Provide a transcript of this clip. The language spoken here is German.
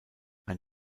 ein